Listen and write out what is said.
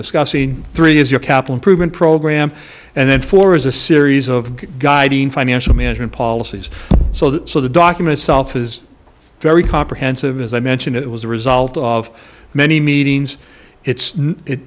discussing three is your capital improvement program and then four is a series of guiding financial management policies so the document itself is very comprehensive as i mentioned it was a result of many meetings it's it